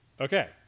Okay